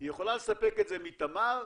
היא יכולה לספק את זה מתמר,